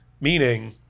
Meaning